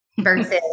versus